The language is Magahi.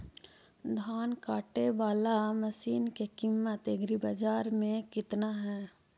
धान काटे बाला मशिन के किमत एग्रीबाजार मे कितना है?